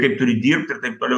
kaip turi dirbt ir taip toliau